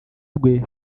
rwe